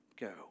go